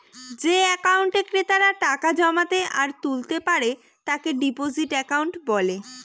যে একাউন্টে ক্রেতারা টাকা জমাতে আর তুলতে পারে তাকে ডিপোজিট একাউন্ট বলে